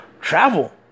Travel